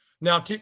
Now